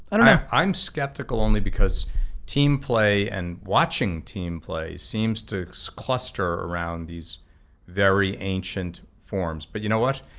i'm skeptical only because team play, and watching team play seems to so cluster around these very ancient forms. but you know what,